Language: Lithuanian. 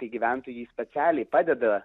kai gyventojai specialiai padeda